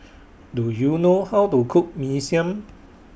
Do YOU know How to Cook Mee Siam